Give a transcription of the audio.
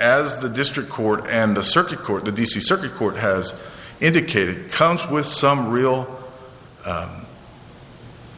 as the district court and the circuit court the d c circuit court has indicated comes with some real